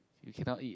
you cannot eat